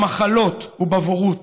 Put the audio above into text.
במחלות ובבורות,